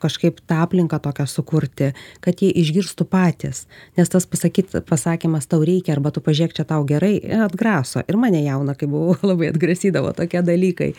kažkaip tą aplinką tokią sukurti kad jie išgirstų patys nes tas pasakyt pasakymas tau reikia arba tu pažiūrėk čia tau gerai atgraso ir mane jauną kai buvau labai atgrasydavo tokie dalykai